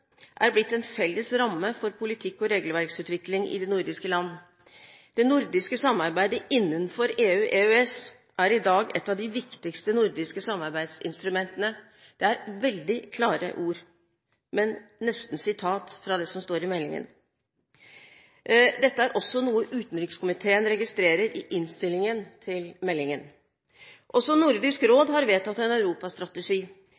er blitt en felles ramme for politikk og regelverksutvikling i de nordiske land. Det nordiske samarbeidet innenfor EU/EØS er i dag et av de viktigste nordiske samarbeidsinstrumentene. Det er veldig klare ord, men nesten sitat fra det som står i meldingen. Dette er også noe utenrikskomiteen registrerer i innstillingen til meldingen. Også Nordisk